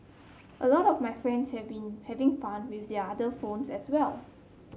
a lot of my friends have been having fun with their other phones as well